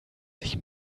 sich